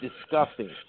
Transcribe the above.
disgusting